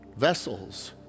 Vessels